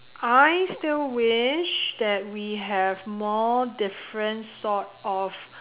I still wish that we have more different sort of